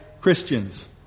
Christians